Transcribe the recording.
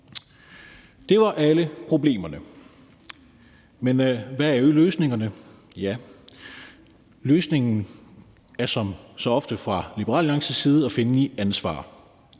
Det var alle problemerne. Men hvad er løsningerne? Ja, løsningen er som så ofte fra Liberal Alliances side at finde i ansvar.